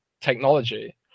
technology